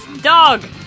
Dog